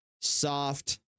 Soft